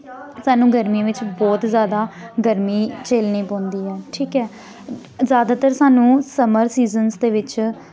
सानू गर्मियें बिच्च बोह्त ज्यादा गर्मी झेलनी पौंदी ऐ ठीक ऐ ज्यादातर सानू समर सीजन्स दे बिच्च